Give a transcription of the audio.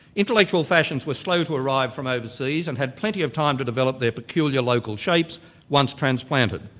intellectual fashions were slow to arrive from overseas and had plenty of time to develop their peculiar local shapes once transplanted.